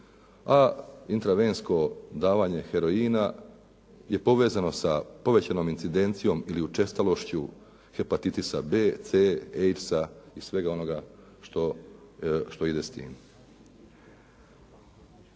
a intravensko davanje heroina je povezano sa povećanom incidencijom ili učestalošću hepatitisa b, c, AIDS-a i svega onoga što ide s tim.